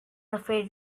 afraid